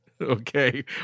Okay